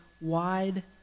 wide